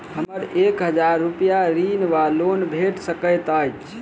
हमरा एक हजार रूपया ऋण वा लोन भेट सकैत अछि?